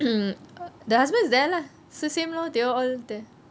the husband is there lah so same lor they all there